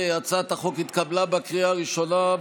הצעת החוק התקבלה בקריאה הראשונה,